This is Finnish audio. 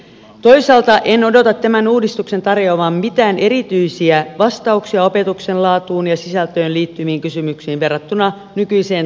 toisaalta en odota tämän uudistuksen tarjoavan mitään erityisiä vastauksia opetuksen laatuun ja sisältöön liittyviin kysymyksiin verrattuna nykyiseen tutkintomalliin